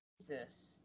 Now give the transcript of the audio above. Jesus